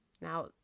Now